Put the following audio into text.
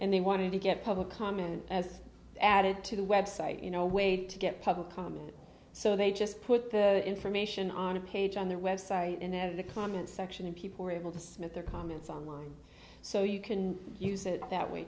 and they want to get public comment as added to the website you know a way to get public comment so they just put the information on a page on their website and they're the comments section and people are able to submit their comments online so you can use it that way